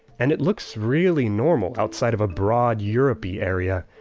and it looks really normal outside of a broad europe-y area.